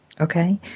Okay